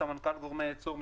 סמנכ"ל גורמי ייצור,